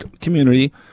community